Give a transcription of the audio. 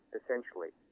essentially